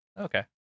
Okay